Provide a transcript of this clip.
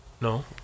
No